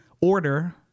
order